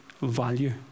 value